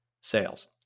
sales